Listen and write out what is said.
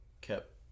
kept